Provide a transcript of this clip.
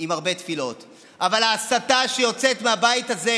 עם הרבה תפילות אבל ההסתה שיוצאת מהבית הזה,